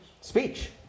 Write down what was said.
Speech